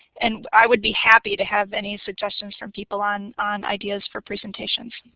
and i would be happy to have any suggestions from people on on ideas for presentations.